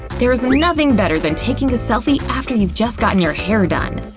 there's nothing better than taking a selfie after you've just gotten your hair done.